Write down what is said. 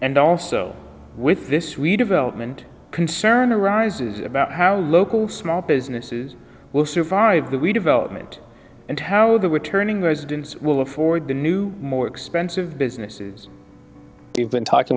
and also with this redevelopment concern arises about how local small businesses will survive the redevelopment and how the returning residents will afford the new more expensive businesses you've been talking